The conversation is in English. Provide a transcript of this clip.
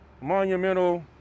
monumental